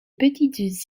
petites